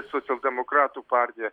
socialdemokratų partija